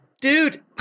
dude